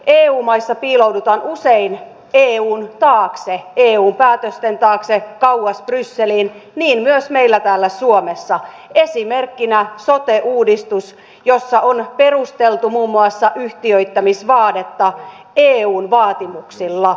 eu maissa piiloudutaan usein eun taakse eu päätösten taakse kauas brysseliin niin myös meillä täällä suomessa esimerkkinä sote uudistus jossa on perusteltu muun muassa yhtiöittämisvaadetta eun vaatimuksilla